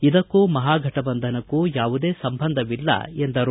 ಇದಕ್ಕೂ ಮಹಾಘಟಬಂಧನಕ್ಕೂ ಯಾವುದೇ ಸಂಬಂಧವಿಲ್ಲ ಎಂದರು